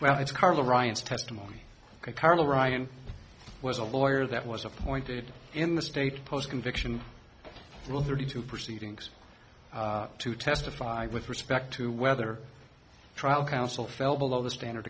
well it's karl ryan's testimony carl ryan was a lawyer that was appointed in the state post conviction rule thirty two proceedings to testify with respect to whether trial counsel fell below the standard